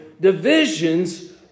divisions